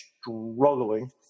struggling